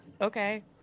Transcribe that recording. okay